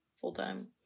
full-time